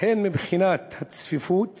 הן מבחינת הצפיפות